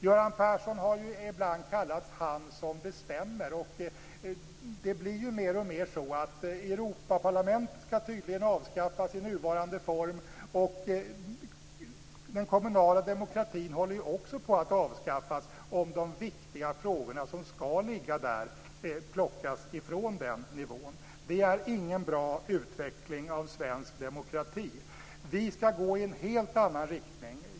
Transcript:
Göran Persson har ibland kallats Han Som Bestämmer, och det blir mer och mer så. Europaparlamentet skall tydligen avskaffas i sin nuvarande form, och den kommunala demokratin håller också på att avskaffas om de viktiga frågor som skall ligga där plockas ifrån den nivån. Det är ingen bra utveckling av svensk demokrati. Vi skall gå i en helt annan riktning.